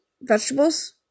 vegetables